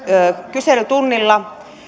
kyselytunnilla